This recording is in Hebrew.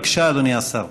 בבקשה, אדוני השר.